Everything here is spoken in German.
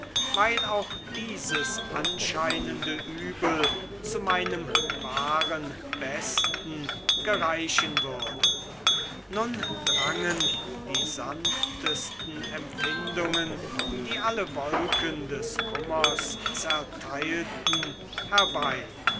weil auch dieses anscheinende übel zu meinem wahren besten gereichen würde nun drangen die sanftesten empfindungen die alle wolken des kummers zerteilten herbei